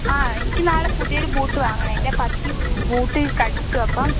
ആ എനിക്ക് നാളെ പുതിയൊരു ബൂട്ട് വാങ്ങണം എന്റെ പട്ടി ബൂട്ട് കടിച്ചു അപ്പം